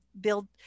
build